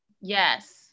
yes